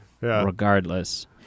regardless